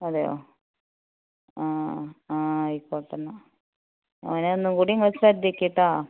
അതെയോ ആ ആ ആയിക്കോട്ടെ എന്നാൽ അവനെ ഒന്നുകൂടി നിങ്ങൾ ശ്രദ്ധിക്ക് കേട്ടോ